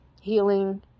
healing